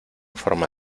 forma